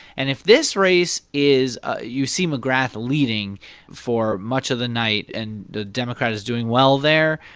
and if this race is ah you see mcgrath leading for much of the night and the democrat is doing well there,